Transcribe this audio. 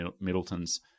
Middleton's